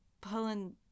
pulling